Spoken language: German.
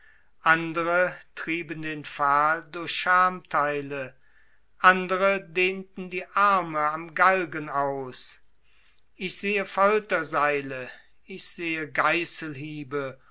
andere trieben den pfahl durch schamtheile andere dehnten die arme am galgen aus ich sehe folterseile ich sehe